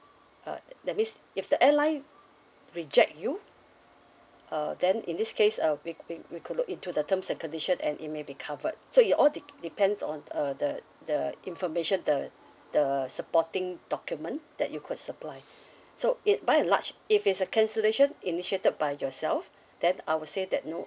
uh that means if the airline reject you err then in this case uh we we we could look into the terms and condition and it maybe covered so it all de~ depends on uh the the information the the supporting document that you could supply so if by and large if it's a cancellation initiated by yourself then I would say that no